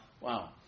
Wow